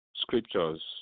scriptures